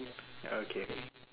okay